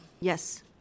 Yes